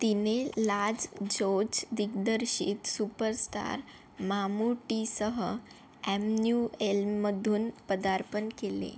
तिने लाल जोज दिग्दर्शित सुपरस्टार मामूटीसह इमॅन्युएलमधून पदार्पण केले